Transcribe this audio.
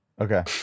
okay